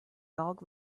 dog